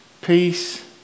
peace